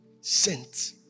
sent